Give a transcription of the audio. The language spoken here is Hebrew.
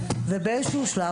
ובאיזה שהוא שלב,